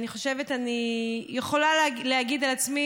אני חושבת שאני יכולה להגיד על עצמי,